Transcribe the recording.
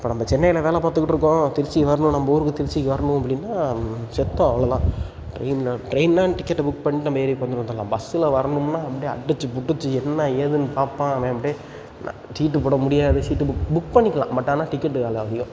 இப்போ நம்ம சென்னையில் வேலை பார்த்துக்கிட்டு இருக்கோம் திருச்சி வரணும் நம்ம ஊருக்கு திருச்சிக்கு வரணும் அப்படின்னா செத்தோம் அவ்வளோ தான் ட்ரெயினில் ட்ரெயின்னால் டிக்கெட்டை புக் பண்ணிட்டு நம்ம ஏறி உட்காந்துட்டு வந்துடலாம் பஸ்ஸில் வரணும்னால் அப்டி அடித்து பிடுச்சி என்ன ஏதுன்னு பார்க்காம அப்டி சீட்டு போட முடியாது சீட்டு புக் புக் பண்ணிக்கலாம் பட் ஆனால் டிக்கெட்டு வெலை அதிகம்